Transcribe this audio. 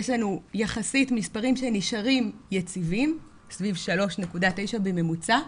יש לנו יחסית מספרים שנשארים יציבים סביב 3.9 בממוצע,